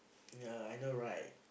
yea I know right